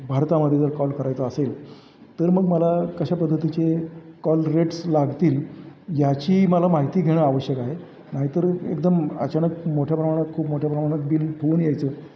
भारतामध्ये जर कॉल करायचा असेल तर मग मला कशा पद्धतीचे कॉल रेट्स लागतील याची मला माहिती घेणं आवश्यक आहे नाहीतर एकदम अचानक मोठ्या प्रमाणात खूप मोठ्या प्रमाणात बिल होऊन यायचं